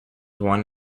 one